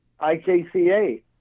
IKCA